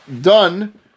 done